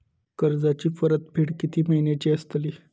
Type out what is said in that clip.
कर्जाची परतफेड कीती महिन्याची असतली?